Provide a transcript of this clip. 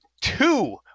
two